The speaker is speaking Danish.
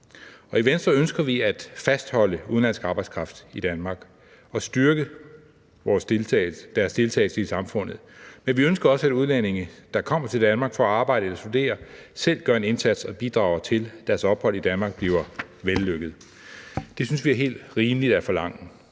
I Venstre ønsker vi at fastholde udenlandsk arbejdskraft i Danmark og styrke dens deltagelse i samfundet, men vi ønsker også, at udlændinge, der kommer til Danmark for at arbejde eller studere, selv gør en indsats og bidrager til, at deres ophold i Danmark bliver vellykket. Det synes vi er helt rimeligt at forlange.